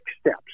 steps